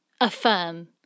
affirm